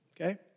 Okay